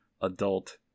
adult